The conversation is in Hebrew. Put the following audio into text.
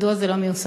מדוע זה לא מיושם?